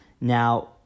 Now